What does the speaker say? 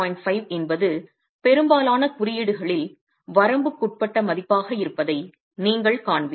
5 என்பது பெரும்பாலான குறியீடுகளில் வரம்புக்குட்பட்ட மதிப்பாக இருப்பதை நீங்கள் காண்பீர்கள்